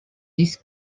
this